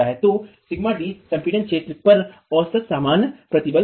तो σd संपीड़ित क्षेत्र पर औसत सामान्य प्रतिबल है